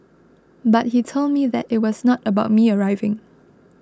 but he told me that it was not about me arriving